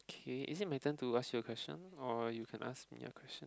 okay is it my turn to ask you a question or you can ask me a question